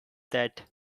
that